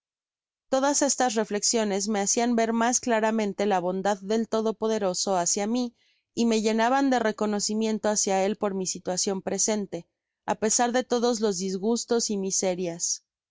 todas estas reflexiones me hacian ver mas claramente la bondad del todopoderoso hácia mi y me llenaban de reconocimiento hácia él por mi situacion presente á pesar de todos los disgustos y miserias